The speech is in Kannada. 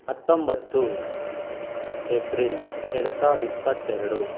ಹತ್ತೊಂಬತ್ತು ಎಪ್ರಿಲ್ ಎರಡು ಸಾವಿರದ ಇಪ್ಪತ್ತೆರಡು